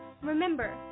Remember